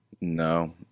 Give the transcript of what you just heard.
No